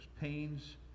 pains